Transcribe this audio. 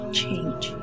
change